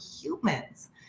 humans